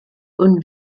und